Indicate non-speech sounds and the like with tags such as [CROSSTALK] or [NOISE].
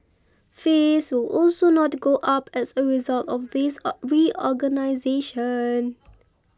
fees will also not go up as a result of this [HESITATION] reorganisation